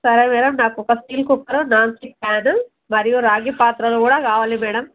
సరే మేడం నాకు ఒక స్టీల్ కుక్కర్ నాన్స్టిక్ ఫ్యాను మరియు రాగి పాత్రలు కూడా కావాలి మేడం